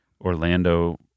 Orlando